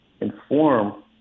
inform